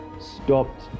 stopped